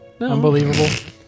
Unbelievable